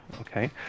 Okay